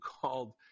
called